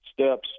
steps